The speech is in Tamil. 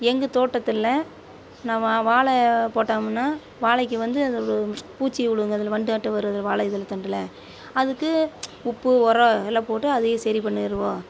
எங்கள் தோட்டத்தில் நான் வா வாழை போட்டோம்னா வாழைக்கு வந்து அதில் ஒரு பூச்சி விழுகும்ங்க அதில் வண்டாட்டம் வரும் அதில் வாழை இது தண்டில் அதுக்கு உப்பு உரம் எல்லாம் போட்டு அதையும் சரி பண்ணிடுவோம்